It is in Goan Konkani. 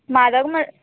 म्हारग म्ह